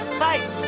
fight